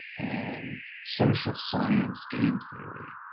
and social science game theory,